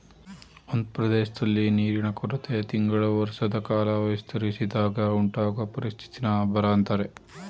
ಒಂದ್ ಪ್ರದೇಶ್ದಲ್ಲಿ ನೀರಿನ ಕೊರತೆ ತಿಂಗಳು ವರ್ಷದಕಾಲ ವಿಸ್ತರಿಸಿದಾಗ ಉಂಟಾಗೊ ಪರಿಸ್ಥಿತಿನ ಬರ ಅಂತಾರೆ